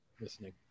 listening